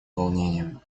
волнением